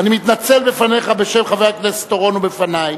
אני מתנצל לפניך בשם חבר הכנסת אורון ובשמי,